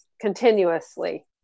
continuously